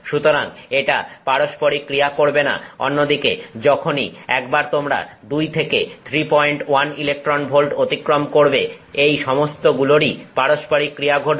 সুতরাং এটা পারস্পরিক ক্রিয়া করবে না অন্যদিকে যখনই একবার তোমরা 2 থেকে 31 ইলেকট্রন ভোল্ট অতিক্রম করবে এই সমস্তগুলোরই পারস্পরিক ক্রিয়া ঘটবে